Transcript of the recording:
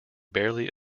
barely